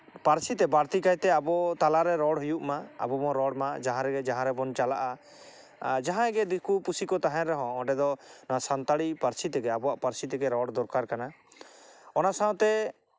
ᱯᱟᱹᱨᱥᱤ ᱛᱮ ᱵᱟᱹᱲᱛᱤ ᱠᱟᱭᱛᱮ ᱟᱵᱚ ᱛᱟᱞᱟᱨᱮ ᱟᱵᱚ ᱵᱚᱱ ᱨᱚᱲ ᱢᱟ ᱡᱟᱦᱟᱸᱨᱮᱜᱮ ᱡᱟᱦᱟᱸ ᱨᱮᱵᱚᱱ ᱪᱟᱞᱟᱜᱼᱟ ᱟᱨ ᱡᱟᱦᱟᱸᱭ ᱜᱮ ᱫᱤᱠᱩ ᱯᱩᱥᱤ ᱠᱚ ᱛᱟᱦᱮᱱ ᱨᱮᱦᱚᱸ ᱚᱸᱰᱮ ᱫᱚ ᱱᱚᱣᱟ ᱥᱟᱱᱛᱟᱲᱤ ᱯᱟᱹᱨᱥᱤ ᱛᱮᱜᱮ ᱟᱵᱚᱣᱟᱜ ᱯᱟᱹᱨᱥᱤ ᱛᱮᱜᱮ ᱨᱚᱲ ᱫᱚᱨᱠᱟᱨ ᱠᱟᱱᱟ ᱚᱱᱟ ᱥᱟᱶᱛᱮ